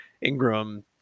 Ingram